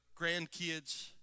grandkids